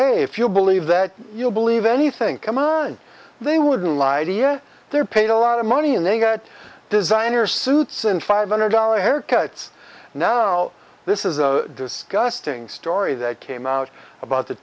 hey if you believe that you'll believe anything come on they wouldn't lie to you they're paid a lot of money and they get designer suits and five hundred dollar haircuts now this is a disgusting story that came out about the